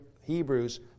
Hebrews